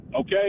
okay